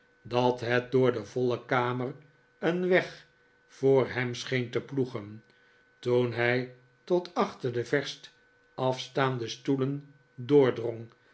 dat het door de voile kamett een weg voor hem scheen te ploegen toen hij tot achter de verst afstaande stoelen